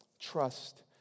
Trust